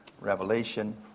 Revelation